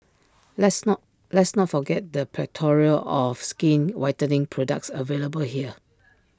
let's not let's not forget the plethora of skin whitening products available here